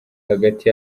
hagati